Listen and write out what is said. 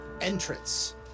entrance